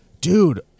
Dude